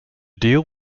deal